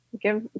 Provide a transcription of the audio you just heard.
give